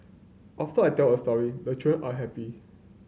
after I tell a story the children are happy